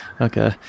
Okay